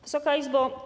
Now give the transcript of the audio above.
Wysoka Izbo!